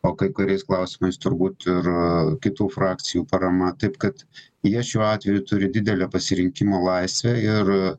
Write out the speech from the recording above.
o kai kuriais klausimais turbūt ir kitų frakcijų parama taip kad jie šiuo atveju turi didelę pasirinkimo laisvę ir